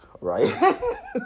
right